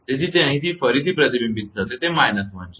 તેથી તે અહીં ફરીથી પ્રતિબિંબિત થશે તે −1 છે